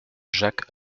jacques